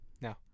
No